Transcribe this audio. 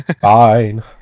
Fine